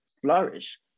flourish